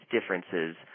differences